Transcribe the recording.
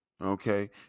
Okay